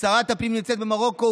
וכששרת הפנים נמצאת במרוקו,